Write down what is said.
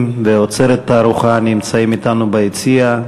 ואוצרת התערוכה נמצאים אתנו ביציע,